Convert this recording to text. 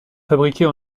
fabriqués